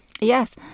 Yes